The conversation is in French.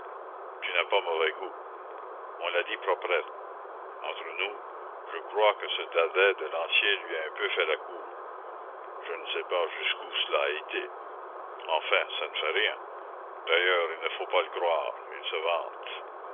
tu n'as pas mauvais goût on la dit proprette entre nous je crois que ce dadais de lancier lui a un peu fait la cour je ne sais pas jusqu'où cela a été enfin ça ne fait rien d'ailleurs il ne faut pas le croire il se vante